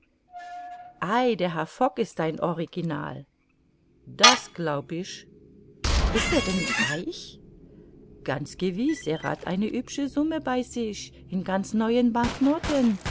ei der herr fogg ist ein original das glaub ich ist er denn reich ganz gewiß er hat eine hübsche summe bei sich in ganz neuen banknoten